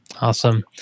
Awesome